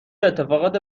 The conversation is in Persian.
اتفاقات